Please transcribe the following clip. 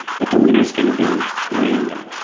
but the winner is gonna be random.